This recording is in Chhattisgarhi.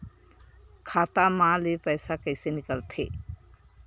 खाता मा ले पईसा कइसे निकल थे?